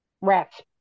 rats